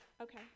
Okay